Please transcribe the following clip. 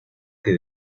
que